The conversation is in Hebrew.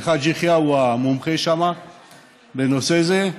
וחאג' יחיא הוא המומחה שם לנושא הזה,